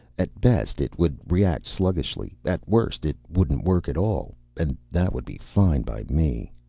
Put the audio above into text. at best, it would react sluggishly. at worst, it wouldn't work at all. and that would be fine by me.